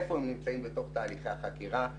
איפה הם נמצאים בתוך תהליכי החקירה,